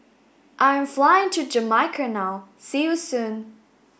I am flying to Jamaica now see you soon